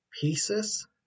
pieces